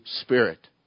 Spirit